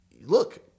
look